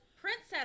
Princess